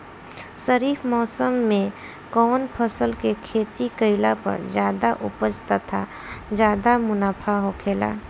खरीफ़ मौसम में कउन फसल के खेती कइला पर ज्यादा उपज तथा ज्यादा मुनाफा होखेला?